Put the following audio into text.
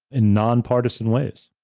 in nonpartisan ways,